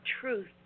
truth